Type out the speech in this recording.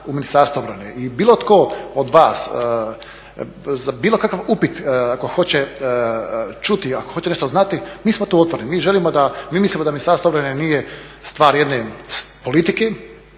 u Ministarstvu obrane i bilo tko od vas za bilo kakav upit ako hoće čuti, ako hoće nešto znati, mi smo tu otvoreni, mi želimo da, mi mislimo da Ministarstvo obrane nije stvar jedne politike